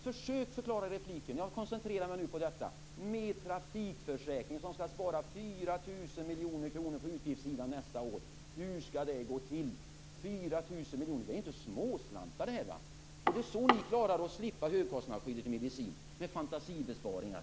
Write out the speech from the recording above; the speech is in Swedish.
Försök i repliken att förklara - jag koncentrerar mig nu på detta - det här med trafikförsäkringen som skall spara 4 000 miljoner kronor på utgiftssidan nästa år. Hur skall det går till? 4 000 miljoner kronor är inte småslantar. Det är så ni klarar att slippa högkostnadsskyddet för medicin - med fantasibesparingar.